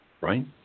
right